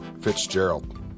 Fitzgerald